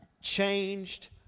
changed